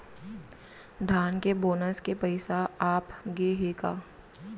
धान के बोनस के पइसा आप गे हे का?